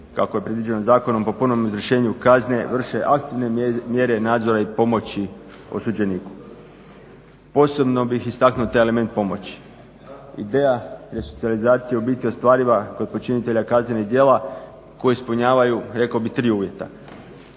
kako je predviđeno zakonom po ponovnom izvršenju kazne vrše aktivne mjere nadzora i pomoći osuđeniku. Posebno bih istaknuo taj element pomoći. Ideja resocijalizacije u biti je ostvariva kod počinitelja kaznenih djela koji ispunjavaju rekao bih tri uvjeta.